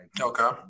Okay